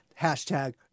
hashtag